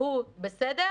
הוא בסדר